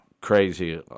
crazy